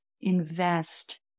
invest